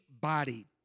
body